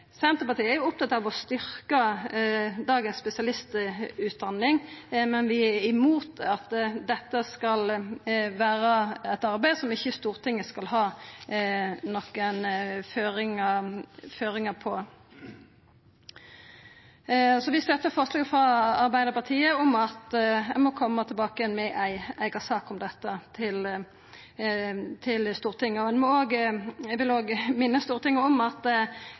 Senterpartiet er opptatt av å styrkja dagens spesialistutdanning, men vi er imot at dette skal vera eit arbeid som Stortinget ikkje skal ha nokon føringar på. Så vi støttar forslaget frå Arbeidarpartiet om at ein må koma tilbake med ei eiga sak om dette til Stortinget. Eg vil òg minna Stortinget om at eitt av hovudgrepa til Helsedirektoratet, å redusera spesialiseringstida med eitt til eitt og